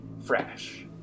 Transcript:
fresh